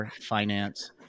finance